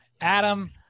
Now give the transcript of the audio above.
Adam